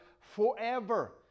forever